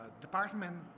department